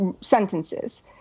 sentences